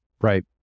right